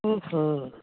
ਉਹ ਹੋ